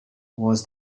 was